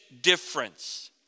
difference